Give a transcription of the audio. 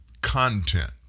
content